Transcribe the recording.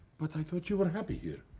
but i thought you were happy here.